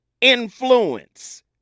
influence